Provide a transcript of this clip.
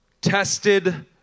tested